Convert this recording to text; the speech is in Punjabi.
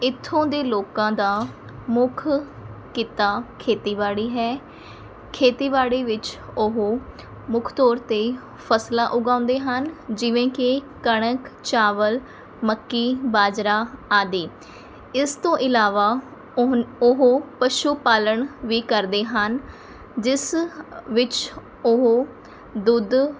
ਇੱਥੋਂ ਦੇ ਲੋਕਾਂ ਦਾ ਮੁੱਖ ਕਿੱਤਾ ਖੇਤੀਬਾੜੀ ਹੈ ਖੇਤੀਬਾੜੀ ਵਿੱਚ ਉਹ ਮੁੱਖ ਤੌਰ 'ਤੇ ਫਸਲਾਂ ਉਗਾਉਂਦੇ ਹਨ ਜਿਵੇਂ ਕਿ ਕਣਕ ਚਾਵਲ ਮੱਕੀ ਬਾਜਰਾ ਆਦਿ ਇਸ ਤੋਂ ਇਲਾਵਾ ਉਹ ਉਹ ਪਸ਼ੂ ਪਾਲਣ ਵੀ ਕਰਦੇ ਹਨ ਜਿਸ ਵਿੱਚ ਉਹ ਦੁੱਧ